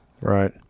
Right